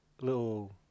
little